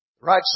Right